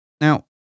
Now